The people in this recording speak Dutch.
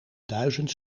duizend